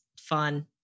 fun